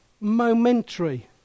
momentary